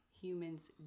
humans